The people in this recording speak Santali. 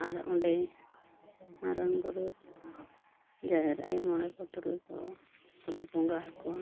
ᱟᱨ ᱚᱸᱰᱮ ᱢᱟᱨᱟᱝᱼᱵᱩᱨᱩ ᱡᱟᱦᱮᱨ ᱟᱹᱭᱩ ᱢᱚᱬᱮ ᱠᱚ ᱛᱩᱨᱩᱭ ᱠᱚ ᱠᱚᱞᱮ ᱵᱚᱸᱜᱟ ᱟᱠᱚᱣᱟ